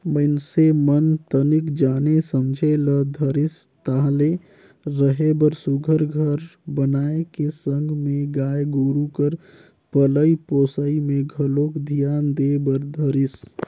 मइनसे मन तनिक जाने समझे ल धरिस ताहले रहें बर सुग्घर घर बनाए के संग में गाय गोरु कर पलई पोसई में घलोक धियान दे बर धरिस